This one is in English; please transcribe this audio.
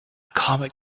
comet